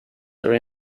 their